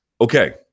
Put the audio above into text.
Okay